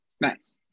nice